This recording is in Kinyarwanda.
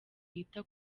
yita